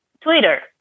Twitter